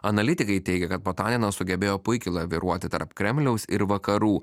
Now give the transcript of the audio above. analitikai teigia kad potaninas sugebėjo puikiai laviruoti tarp kremliaus ir vakarų